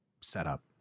setup